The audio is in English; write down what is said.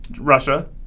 Russia